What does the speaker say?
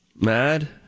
mad